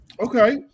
Okay